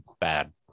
bad